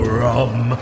rum